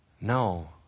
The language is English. No